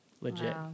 legit